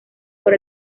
por